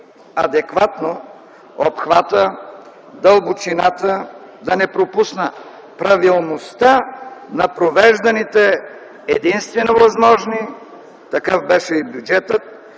адекватно обхвата, дълбочината, да не пропусна – правилността на провежданите единствено възможни (такъв беше и бюджетът),